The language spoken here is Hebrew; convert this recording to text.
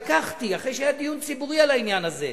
שלקחתי, אחרי שהיה דיון ציבורי על העניין הזה,